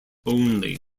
only